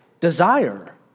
Desire